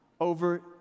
over